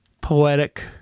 Poetic